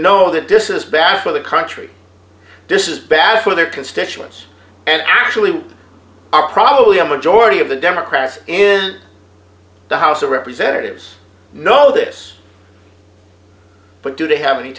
know that this is bad for the country this is bad for their constituents and actually are probably a majority of the democrats in the house of representatives know this but do they have any